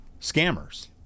scammers